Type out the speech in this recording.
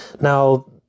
Now